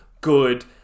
good